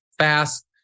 fast